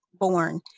born